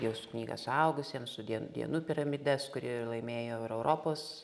jos knygą suaugusiems su dien dienų piramides kuri ir laimėjo ir europos